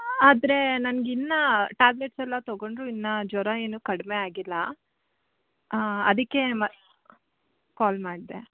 ಆದರೆ ನನಗೆ ಇನ್ನೂ ಟ್ಯಾಬ್ಲೇಟ್ಸೆಲ್ಲ ತಗೊಂಡ್ರೂ ಇನ್ನೂ ಜ್ವರ ಏನು ಕಡಿಮೆ ಆಗಿಲ್ಲ ಅದಕ್ಕೆ ಮ ಕಾಲ್ ಮಾಡಿದೆ